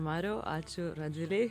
mariau ačiū radvilei